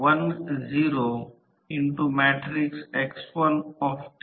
तर मध्यांतर चार 4 तास 0 भार असताना तांबे तोटा 0 ऊर्जा तोटा 0 आहे